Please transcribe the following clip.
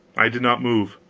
i did not move.